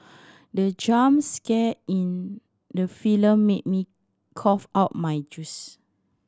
the jump scare in the film made me cough out my juice